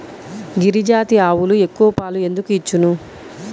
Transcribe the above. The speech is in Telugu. గిరిజాతి ఆవులు ఎక్కువ పాలు ఎందుకు ఇచ్చును?